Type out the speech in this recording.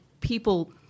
people